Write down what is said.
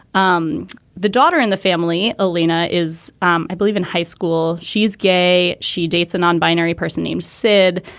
um the daughter in the family olena is um i believe in high school. she's gay. she dates and on binary person named said.